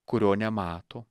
kurio nemato